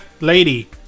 lady